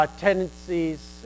tendencies